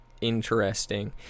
interesting